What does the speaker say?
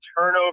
turnover